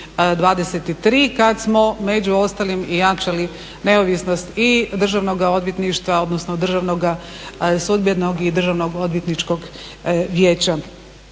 kad smo među ostalim i jačali neovisnost i državnoga odvjetništva, odnosno državnoga, sudbenog i državnog odvjetničkog vijeća.